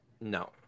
No